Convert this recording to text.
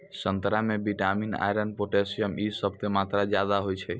संतरा मे vitamin, iron, potassium इ सभ के मात्रा ज्यादा होय छै